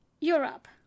Europe